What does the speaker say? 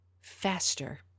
faster